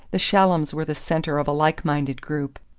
the shallums were the centre of a like-minded group,